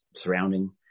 surrounding